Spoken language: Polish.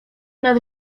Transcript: nad